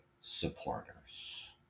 supporters